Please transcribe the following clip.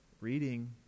reading